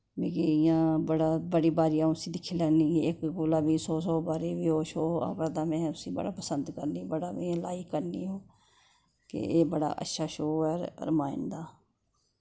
मिगी इ'यां बड़ा बड़ी बारी अ'ऊं उस्सी दिक्खी लैन्नी इक कोला बी सौ सौ बारी वी ओह् शो आवै ते में उस्सी बड़ा पसंद करनी बड़ा में लाइक करनी ओह् के एह् बड़ा अच्छा शो ऐ रामायण दा